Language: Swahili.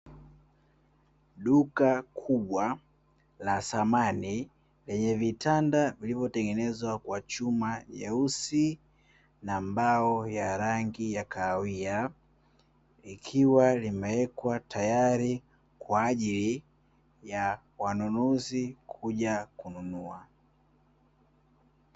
Duka kubwa la samani, lenye vitanda vilivyotengenezwa kwa chuma nyeusi na mbao ya rangi ya kahawia, likiwa limewekwa tayari kwa ajili ya wanunuzi kuja kununua.